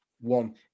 One